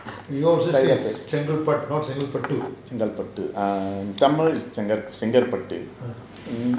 saidapet err tamil is chengalpet